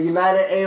United